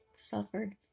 suffered